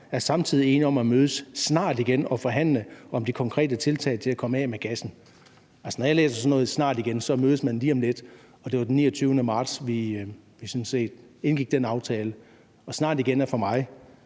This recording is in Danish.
er samtidigt enige om at mødes snart igen og forhandle om de konkrete tiltag for at komme af med gassen.« Altså, altså når jeg læser sådan noget som »snart igen«, så mødes man lige om lidt. Det var den 29. marts, vi sådan set indgik den aftale; og »snart igen« er for mig